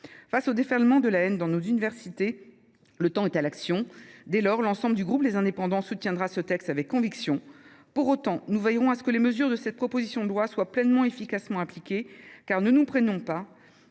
Face au déferlement de haine dans nos universités, le temps est à l’action. Dès lors, l’ensemble du groupe Les Indépendants – République et Territoires soutiendra ce texte avec conviction. Pour autant, nous veillerons à ce que les mesures de cette proposition de loi soient pleinement et efficacement appliquées, car, ne nous méprenons pas,